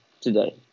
today